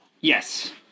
Yes